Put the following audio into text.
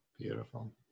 Beautiful